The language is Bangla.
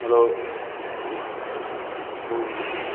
হ্যালো হুম